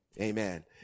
amen